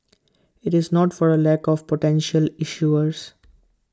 IT is not for A lack of potential issuers